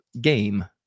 game